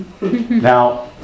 Now